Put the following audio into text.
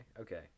okay